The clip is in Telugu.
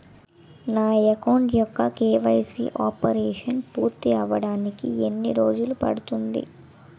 నా అకౌంట్ యెక్క కే.వై.సీ అప్డేషన్ పూర్తి అవ్వడానికి ఎన్ని రోజులు పడుతుంది?